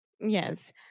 Yes